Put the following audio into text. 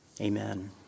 Amen